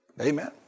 Amen